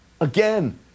Again